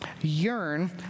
yearn